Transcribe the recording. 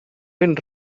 ben